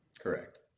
Correct